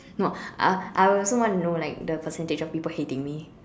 no I I also want to know like the percentage of people hating me